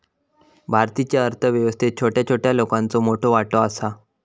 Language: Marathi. भारतीच्या अर्थ व्यवस्थेत छोट्या छोट्या लोकांचो मोठो वाटो आसा